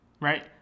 right